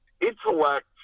intellect